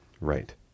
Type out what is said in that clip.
Right